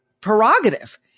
prerogative